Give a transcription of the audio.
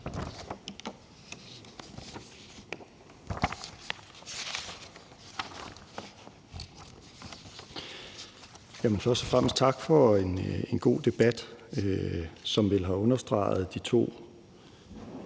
tak for en god debat, som vel har understreget den